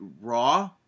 raw